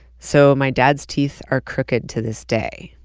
so my dad's teeth are crooked, to this day.